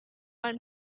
one